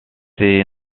ces